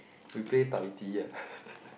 we play dai di ah